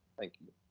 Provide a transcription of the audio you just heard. thank you.